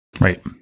right